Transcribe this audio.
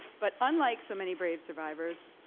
but unlike so many brave survivors,